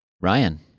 Ryan